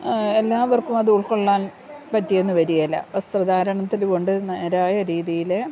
എല്ലാവർക്കും അതു ഉൾക്കൊള്ളാൻ പറ്റിയെന്ന് വരികയില്ല വസ്ത്രധാരണത്തിൽ കൊണ്ട് നേരായ രീതിയിൽ